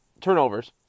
turnovers